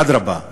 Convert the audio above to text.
אדרבה,